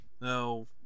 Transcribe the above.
no